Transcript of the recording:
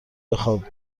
بخواب